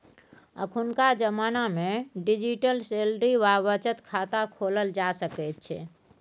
अखुनका जमानामे digital salary वा बचत खाता खोलल जा सकैत छै